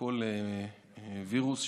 בכל וירוס,